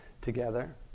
together